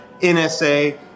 NSA